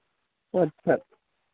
अच्छा